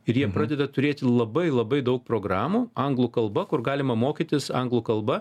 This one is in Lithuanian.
ir jiems pradeda turėti labai labai daug programų anglų kalba kur galima mokytis anglų kalba